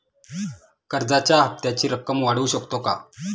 कर्जाच्या हप्त्याची रक्कम वाढवू शकतो का?